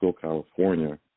California